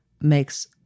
makes